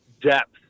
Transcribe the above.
depth